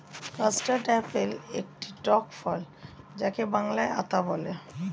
custard apple একটি টক ফল যাকে বাংলায় আতা বলে